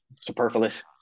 Superfluous